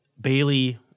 Bailey